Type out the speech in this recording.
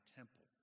temple